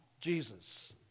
Jesus